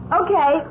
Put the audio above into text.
okay